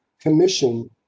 commission